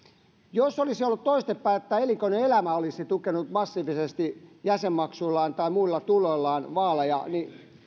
jos olisi ollut toistepäin niin että elinkeinoelämä olisi tukenut massiivisesti jäsenmaksuillaan tai muilla tuloillaan vaaleja niin